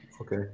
okay